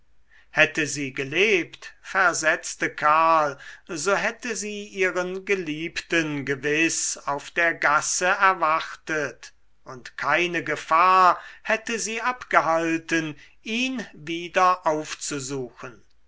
hätte sie gelebt versetzte karl so hätte sie ihren geliebten gewiß auf der gasse erwartet und keine gefahr hätte sie abgehalten ihn wieder aufzusuchen